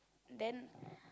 then